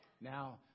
Now